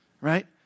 Right